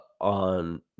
on